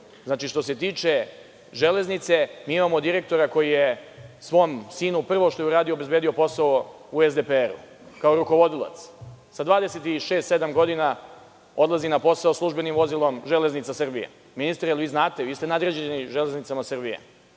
što se tiče železnice mi imamo direktora koji je svom sinu, prvo što je uradio, obezbedio posao u SDPR, kao rukovodilac. Sa 26, 27 godina odlazi na posao službenim vozilom „Železnica Srbije“. Ministre jel vi znate. Vi ste nadređeni „Železnicama Srbije“?